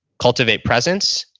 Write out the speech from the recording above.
cultivate presence,